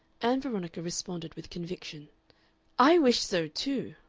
ann veronica responded with conviction i wish so, too.